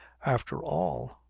after all,